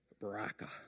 Baraka